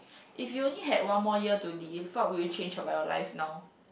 if you only had one more year to live what will you change about your life now